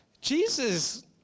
Jesus